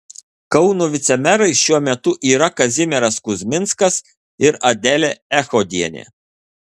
kauno vicemerais šiuo metu yra kazimieras kuzminskas ir adelė echodienė